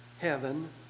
heaven